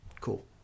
cool